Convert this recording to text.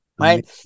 Right